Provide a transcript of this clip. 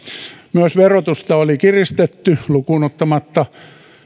myös verotusta oli kiristetty lukuun ottamatta